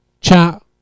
chat